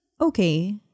okay